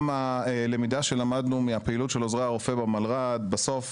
גם הלמידה שלמדנו מהפעילות של עוזרי הרופא במלר"ד בסוף